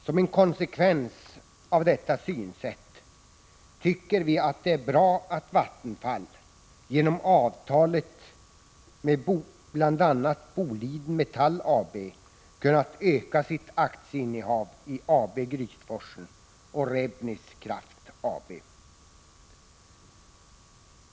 Som en konsekvens av detta synsätt tycker vi det är bra att Vattenfall genom avtalet med bl.a. Boliden Metall AB kunnat öka sitt aktieinnehav i AB Grytforsen och Rebnis Kraft AB.